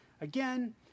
Again